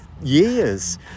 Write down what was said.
years